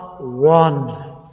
One